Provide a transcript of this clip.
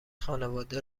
خانواده